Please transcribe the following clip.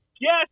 Yes